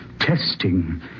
testing